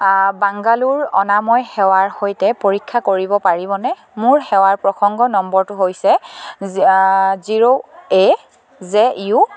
বাংগালোৰ অনাময় সেৱাৰ সৈতে পৰীক্ষা কৰিব পাৰিবনে মোৰ সেৱাৰ প্ৰসংগ নম্বৰটো হৈছে জিৰ' এ জে ইউ